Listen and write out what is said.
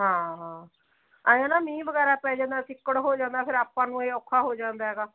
ਹਾਂ ਹਾਂ ਐਂਏ ਨਾ ਮੀਂਹ ਵਗੈਰਾ ਪੈ ਜਾਂਦਾ ਚਿੱਕੜ ਹੋ ਜਾਂਦਾ ਫਿਰ ਆਪਾਂ ਨੂੰ ਇਹ ਔਖਾ ਹੋ ਜਾਂਦਾ ਹੈਗਾ